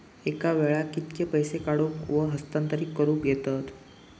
एका वेळाक कित्के पैसे काढूक व हस्तांतरित करूक येतत?